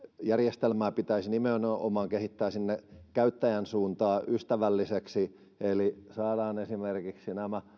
järjestelmää pitäisi nimenomaan kehittää sinne käyttäjän suuntaan ystävälliseksi eli saada esimerkiksi